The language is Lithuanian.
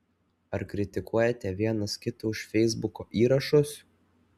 ar kritikuojate vienas kitą už feisbuko įrašus